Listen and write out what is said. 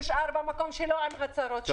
נשאר במקום שלו עם הצרות שלו.